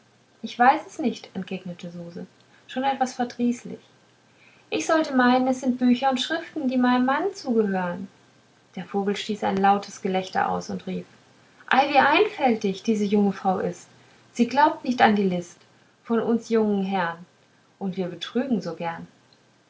ich weiß es nicht entgegnete suse schon etwas verdrießlich ich sollte meinen es sind bücher und schriften die meinem manne zugehören der vogel stieß ein lautes gelächter aus und rief ei wie einfältig diese junge frau ist sie glaubt nicht an die list von uns jungen herrn und wir betrügen so gern